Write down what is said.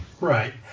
Right